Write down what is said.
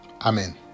Amen